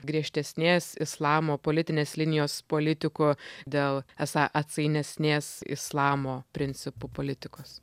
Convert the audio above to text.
griežtesnės islamo politinės linijos politikų dėl esą atsainesnės islamo principų politikos